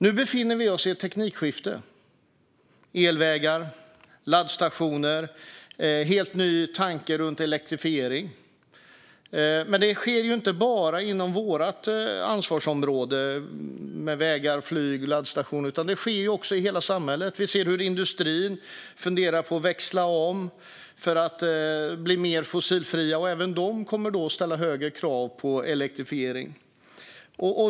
Nu befinner vi oss i ett teknikskifte. Det handlar om elvägar, laddstationer och en helt ny tanke runt elektrifiering. Men detta sker inte bara inom vårt ansvarsområde - vägar, flyg och laddstationer - utan det sker i hela samhället. Vi ser hur industrin funderar på att växla om för att bli mer fossilfri. Även industrin kommer då att ställa högre krav på elektrifiering.